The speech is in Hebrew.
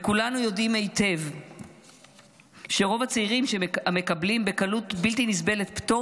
כולנו יודעים היטב שרוב הצעירים המקבלים בקלות בלתי נסבלת פטור